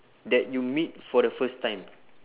that you meet for the first time